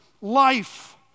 life